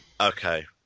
Okay